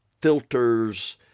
filters